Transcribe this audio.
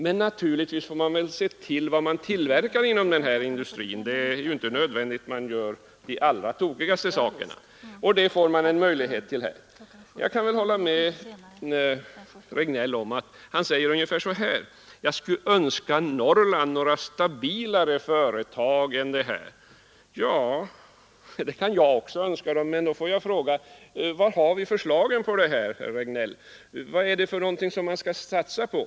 Men naturligtvis måste man alltid tänka på vad det är för tillverkning som det gäller. Man skall inte låta locka sig att göra några dumheter. Jag kan hålla med herr Regnéll när han säger att han skulle önska att Norrland fick några stabilare företag. Ja, det skulle jag också önska. Men då får jag fråga herr Regnéll var de företagen finns, vad man skall satsa på.